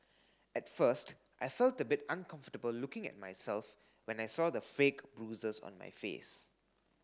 at first I felt a bit uncomfortable looking at myself when I saw the fake bruises on my face